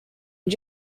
and